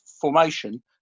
formation